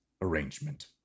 arrangement